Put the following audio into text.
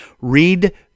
Read